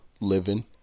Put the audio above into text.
living